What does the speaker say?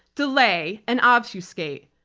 delay and obfuscate.